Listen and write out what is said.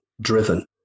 driven